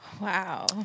Wow